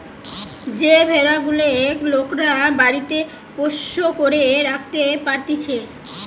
যে ভেড়া গুলেক লোকরা বাড়িতে পোষ্য করে রাখতে পারতিছে